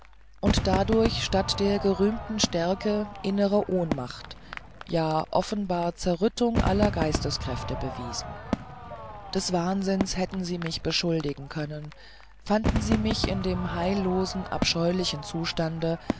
und dadurch statt der gerühmten stärke innere ohnmacht ja offenbare zerrüttung aller geisteskräfte bewiesen des wahnsinns hätten sie mich beschuldigen können fanden sie mich in dem heillosen abscheulichen zustande